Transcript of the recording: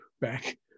back